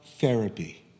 therapy